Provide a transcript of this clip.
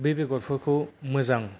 बे बेगरफोरखौ मोजां